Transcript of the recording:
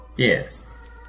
Yes